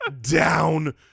down